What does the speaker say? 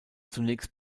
zunächst